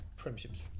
premierships